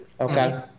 okay